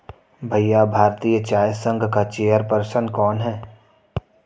भैया भारतीय चाय संघ का चेयर पर्सन कौन है?